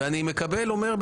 אני אומר,